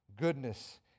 Goodness